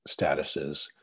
statuses